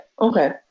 okay